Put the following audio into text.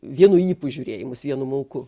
vienu ypu žiurėjimus vienu mauku